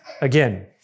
again